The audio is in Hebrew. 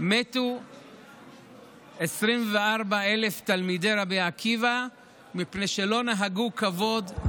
מתו 24,000 תלמידי רבי עקיבא מפני שלא נהגו כבוד זה בזה.